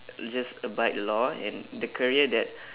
just abide the law and the career that